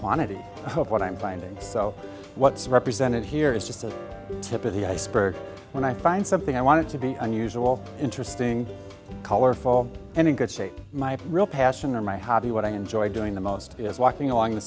quantity of what i'm finding so what's represented here is just the tip of the iceberg when i find something i wanted to be unusual interesting colorful and in good shape my real passion or my hobby what i enjoy doing the most is walking along the